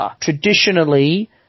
Traditionally